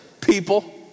People